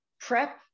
Prep